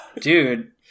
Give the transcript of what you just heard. Dude